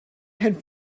had